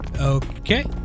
Okay